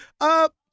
up